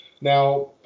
Now